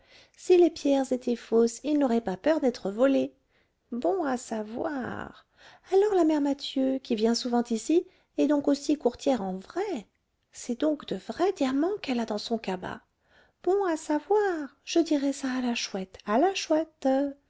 si les pierres étaient fausses il n'aurait pas peur d'être volé bon à savoir alors la mère mathieu qui vient souvent ici est donc aussi courtière en vrai c'est donc de vrais diamants qu'elle a dans son cabas bon à savoir je dirai ça à la chouette à la chouette